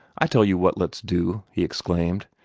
i tell you what let's do! he exclaimed.